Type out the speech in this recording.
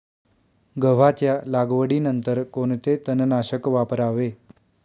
गव्हाच्या लागवडीनंतर कोणते तणनाशक वापरावे?